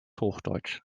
hochdeutsch